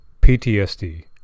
PTSD